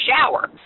shower